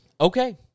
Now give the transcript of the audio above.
okay